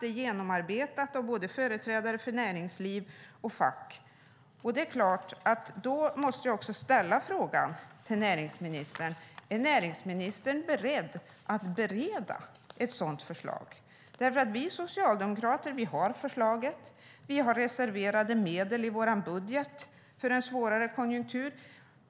Det är genomarbetat av företrädare för både näringsliv och fack. Det är klart att jag då måste ställa frågan: Är näringsministern beredd att bereda ett sådant förslag? Vi socialdemokrater har förslaget, och i vår budget har vi reserverade medel för en svårare konjunktur.